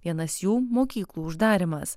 vienas jų mokyklų uždarymas